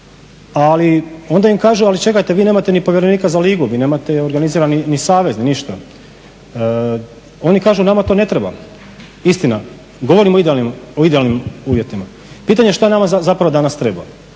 Ali onda im kažu ali čekajte vi nemate ni povjerenika za ligu, vi nemate organiziran ni savez ni ništa. Oni kažu nama to ne treba. Istina, govorim o idealnim uvjetima. Pitanje je što nama zapravo danas treba.